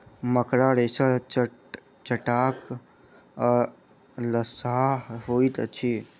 मकड़ा रेशा चटचटाह आ लसाह होइत अछि